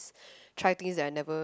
try things that I never